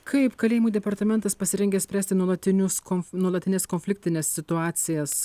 kaip kalėjimų departamentas pasirengęs spręsti nuolatinius komf nuolatines konfliktines situacijas